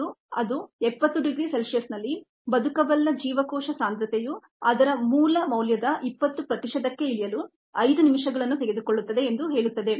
ಮತ್ತು ಅದು 70 degree C ನಲ್ಲಿ ವ್ಯೆಯಬಲ್ ಸೆಲ್ ಕಾನ್ಸಂಟ್ರೇಶನ್ ಅದರ ಮೂಲ ಮೌಲ್ಯದ 20 ಪ್ರತಿಶತಕ್ಕೆ ಇಳಿಯಲು 5 ನಿಮಿಷಗಳನ್ನು ತೆಗೆದುಕೊಳ್ಳುತ್ತದೆ ಎಂದು ಹೇಳುತ್ತದೆ